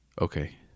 Okay